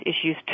issues